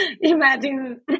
imagine